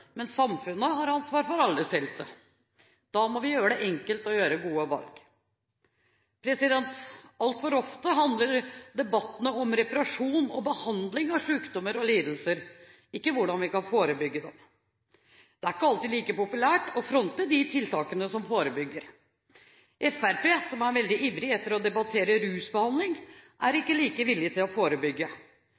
men samfunnet har ansvar for alles helse. Da må vi gjøre det enkelt å gjøre gode valg. Altfor ofte handler helsedebattene om reparasjon og behandling av sykdommer og lidelser, ikke hvordan vi kan forebygge dem. Det er ikke alltid like populært å fronte de tiltakene som forebygger. Fremskrittspartiet, som er veldig ivrig etter å debattere rusbehandling, er ikke like villig til å forebygge.